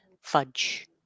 fudge